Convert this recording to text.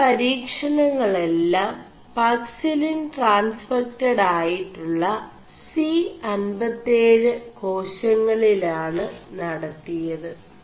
ഈ പരീ ണÆെള ാം പാക്സിലിൻ 4ടാൻസ്െഫക്ഡ് ആയിƒgø C57 േകാശÆളിലാണ് നടøിയത്